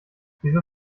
wieso